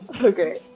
okay